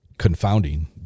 Confounding